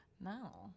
No